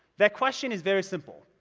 that question is very simple.